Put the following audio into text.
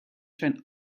zijn